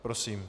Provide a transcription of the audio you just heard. Prosím.